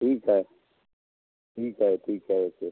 ठीक है ठीक है ठीक है फिर